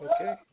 Okay